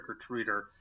trick-or-treater